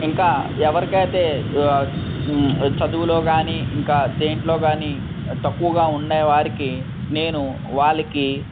ఇంకా ఎవరికైతే చదువులో కాని ఇంకా దేంట్లో కాని తక్కువగా ఉండేవారికి నేను వారికి